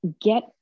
get